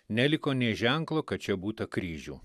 neliko nė ženklo kad čia būta kryžių